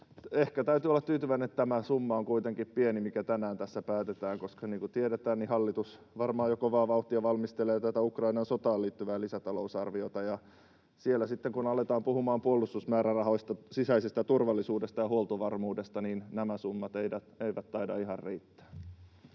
Ehkä täytyy olla tyytyväinen, että tämä summa on kuitenkin pieni, mikä tänään tässä päätetään, koska niin kuin tiedetään, hallitus varmaan jo kovaa vauhtia valmistelee tätä Ukrainan sotaan liittyvää lisätalousarviota, ja siellä sitten, kun aletaan puhumaan puolustusmäärärahoista, sisäisestä turvallisuudesta ja huoltovarmuudesta, nämä summat eivät taida ihan riittää.